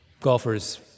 golfers